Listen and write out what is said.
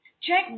check